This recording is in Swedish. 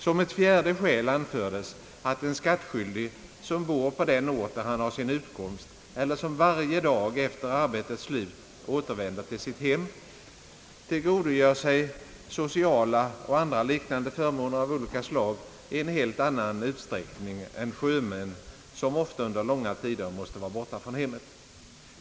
Som ett fjärde skäl anfördes att en skattskyldig, som bor på den ort där han har sin utkomst eller som varje dag efter arbetets slut återvänder till sitt hem, tillgodogör sig sociala och andra liknande förmåner av olika slag i en helt annan utsträckning än en sjöman som ofta under långa tider måste vara borta från hemmet.